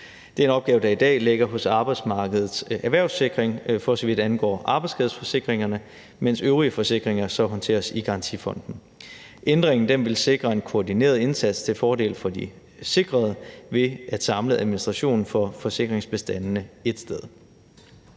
Det er en opgave, der i dag ligger hos Arbejdsmarkedets Erhvervssikring, for så vidt angår arbejdsskadeforsikringer, mens øvrige forsikringer håndteres i Garantifonden. Ændringen vil sikre en koordineret indsats til fordel for de sikrede ved at samle administrationen for forsikringsbestandene ét sted.